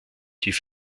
die